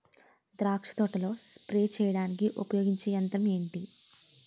ద్రాక్ష తోటలో స్ప్రే చేయడానికి ఉపయోగించే యంత్రం ఎంటి?